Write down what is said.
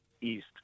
East